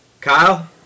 Kyle